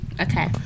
Okay